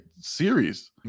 series